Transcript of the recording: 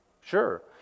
Sure